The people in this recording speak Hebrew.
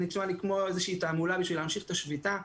זה נשמע לי כמו איזו תעמולה בשביל להמשיך את השביתה.